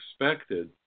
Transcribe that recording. expected